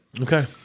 Okay